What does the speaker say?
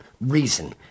reason